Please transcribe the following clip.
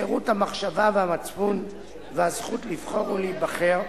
חירות המחשבה והמצפון והזכות לבחור ולהיבחר,